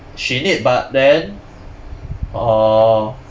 she need but then orh